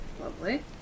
Lovely